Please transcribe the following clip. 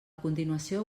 continuació